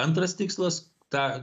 antras tikslas tą